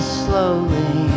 slowly